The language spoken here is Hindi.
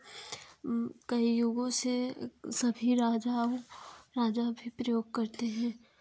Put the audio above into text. कई युगों से सभी राजा राजा प्रयोग करते हैं